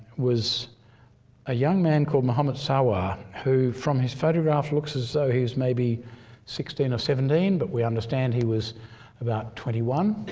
was a young man called muhammad sawa who from his photograph looks as though he's maybe sixteen or seventeen but we understand he was about twenty one.